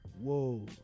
whoa